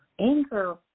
Anger